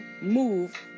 move